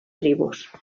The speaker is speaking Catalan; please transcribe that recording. tribus